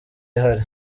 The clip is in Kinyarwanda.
ihari